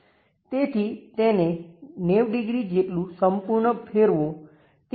તેથી તેને 90 ડિગ્રી જેટલું સંપૂર્ણ ફેરવો